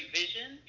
vision